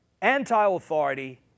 anti-authority